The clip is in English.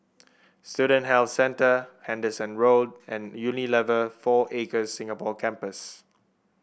Student Health Centre Henderson Road and Unilever Four Acres Singapore Campus